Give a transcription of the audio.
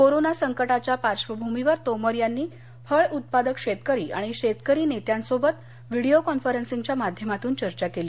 corona संकटाच्या पार्श्वभूमीवर तोमर यांनी फळ उत्पादक शेतकरी आणि शेतकरी नेत्यांसोबत व्हिडीओ कॉन्फरन्सिंगच्या माध्यमातून चर्चा केली